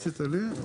אני